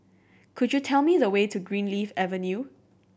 could you tell me the way to Greenleaf Avenue